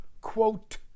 quote